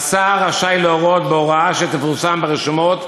"השר רשאי להורות, בהוראה שתפורסם ברשומות,